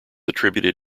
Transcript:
attributed